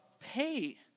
pay